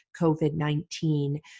COVID-19